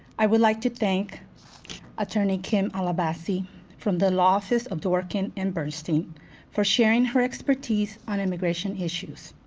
i would like to thank attorney kim alabasi from the law office of dworken and bernstein for sharing her expertise on immigration issues